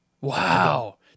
Wow